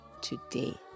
today